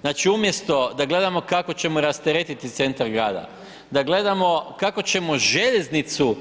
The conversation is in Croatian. Znači umjesto da gledamo kako ćemo rasteretiti centar grada, da gledamo kako ćemo željeznicu